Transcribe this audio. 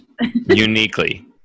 Uniquely